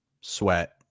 Sweat